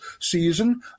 season